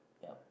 yup